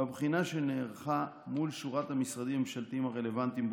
בבחינה שנערכה מול שורת המשרדים הממשלתיים הרלוונטיים,